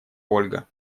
ольга